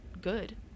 good